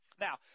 Now